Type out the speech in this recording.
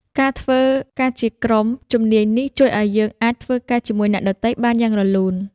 ការធ្វើការជាក្រុមជំនាញនេះជួយឲ្យយើងអាចធ្វើការជាមួយអ្នកដទៃបានយ៉ាងរលូន។